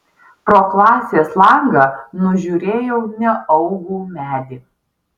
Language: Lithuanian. pro klasės langą nužiūrėjau neaugų medį